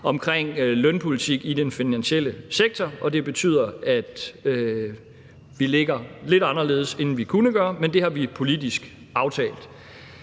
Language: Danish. til lønpolitik i den finansielle sektor, og det betyder, at vi ligger lidt anderledes, end vi kunne gøre, men det har vi politisk aftalt.